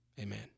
Amen